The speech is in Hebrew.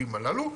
ביישובים הללו,